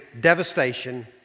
devastation